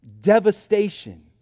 devastation